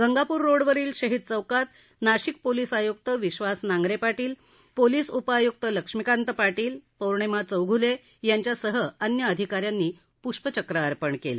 Gangapur road वरील शहीद चौकात नाशिक पोलीस आय्क्त विश्वास नांगरे पाटील पोलीस उपआय्क्त लक्ष्मीकांत पाटील पौर्णिमा चौघ्ले यांच्यासह अन्य अधिकाऱ्यांनी प्ष्पचक्र अर्पण केलं